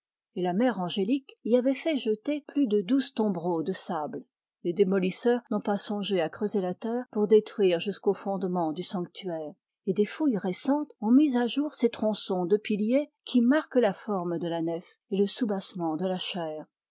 et la mère angélique y avait fait jeter plus de douze tombereaux de sable les démolisseurs n'ont pas songé à creuser la terre pour détruire jusqu'aux fondements du sanctuaire et des fouilles récentes ont mis à jour ces tronçons de piliers qui marquent la forme de la nef et le soubassement de la chaire